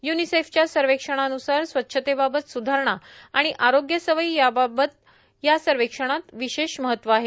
युनीसेफच्या सर्वेक्षणानुसार स्वच्छतेबाबत सुधारणा आणि आरोग्यसवयी याबद्दल या सर्वेक्षणात विशेष महत्व आहे